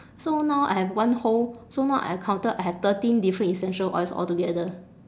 so now I have one whole so now I counted I have thirteen different essential oils altogether